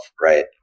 right